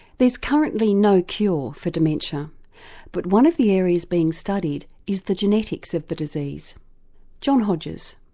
there's currently no cure for dementia but one of the areas being studied is the genetics of the disease john hodges.